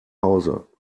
hause